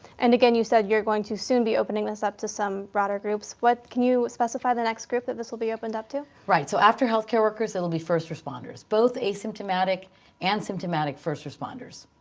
and again, you said you're going to soon be opening this up to some broader groups. what can you specify the next group that this will be opened up to? right, so after healthcare workers, that'll will be first responders. both asymptomatic and symptomatic first responders.